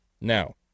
Now